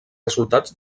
resultats